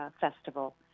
festival